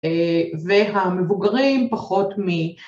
והמבוגרים פחות מ...